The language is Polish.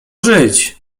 żyć